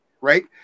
right